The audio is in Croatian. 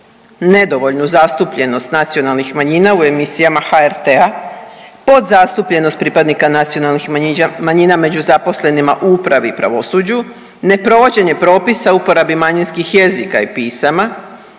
nedovoljnu zastupljenost nacionalnih manjina u emisijama HRT-a, podzastupljenost pripadnika nacionalnih manjina među zaposlenima u upravi i pravosuđu, neprovođenje propisa o uporabi manjinskih jezika i pisama